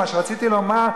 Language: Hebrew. מה שרציתי לומר,